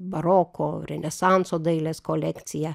baroko renesanso dailės kolekciją